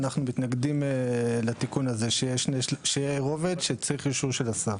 אנחנו מתנגדים לתיקון הזה שיהיה רובד שצריך אישור של השר.